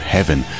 Heaven